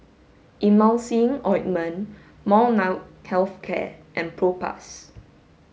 Emulsying Ointment Molnylcke health care and Propass